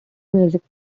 music